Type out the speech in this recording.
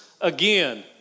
again